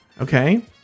okay